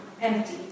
Empty